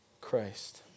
Christ